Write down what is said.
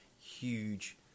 huge